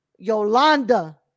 Yolanda